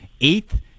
eighth